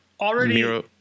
Already